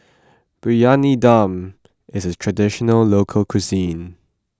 Briyani Dum is a Traditional Local Cuisine